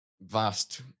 vast